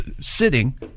sitting